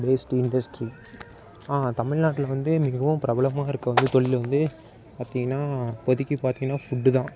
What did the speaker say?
based industry தமிழ் நாட்டில் வந்து மிகவும் பிரபலமாக இருக்க வந்து தொழில் வந்து பார்த்திங்கனா இப்போதிக்கு பார்த்திங்கனா ஃபுட்டுதான்